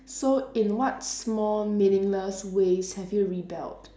so in what small meaningless ways have you rebelled